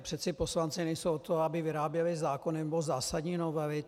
Přece poslanci nejsou od toho, aby vyráběli zákony nebo zásadní novely.